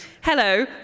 hello